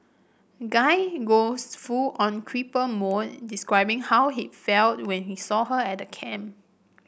guy goes full on creeper mode describing how he felt when he saw her at camp